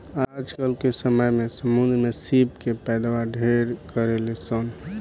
आजकल के समय में समुंद्र में सीप के पैदावार ढेरे करेलसन